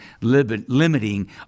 limiting